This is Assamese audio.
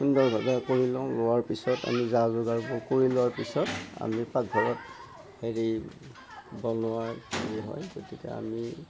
সুন্দৰভাৱে কৰি লওঁ লোৱাৰ পিছত আমি যা যোগাৰবোৰ কৰি লোৱাৰ পিছত আমি পাকঘৰত হেৰি বনোৱাৰ যি হয় গতিকে আমি